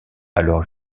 alors